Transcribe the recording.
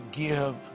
give